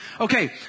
Okay